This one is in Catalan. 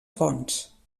fonts